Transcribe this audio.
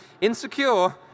insecure